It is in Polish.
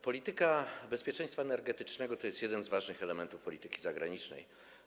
Polityka bezpieczeństwa energetycznego to jeden z ważnych elementów polityki zagranicznej.